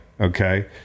Okay